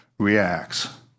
reacts